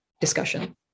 discussion